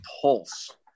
pulse